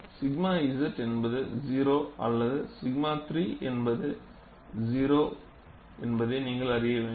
𝛔 z என்பது 0 அல்லது 𝛔 3 என்பது 0 என்பதை நீங்கள் அறிய வேண்டும்